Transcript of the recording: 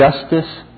justice